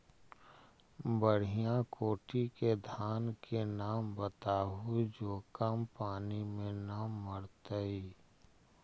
बढ़िया कोटि के धान के नाम बताहु जो कम पानी में न मरतइ?